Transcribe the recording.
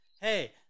Hey